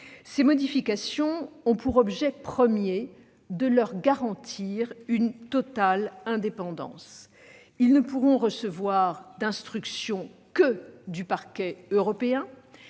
Ces modifications ont pour objet premier de leur garantir une totale indépendance. Ils ne pourront recevoir d'instructions que du Parquet européen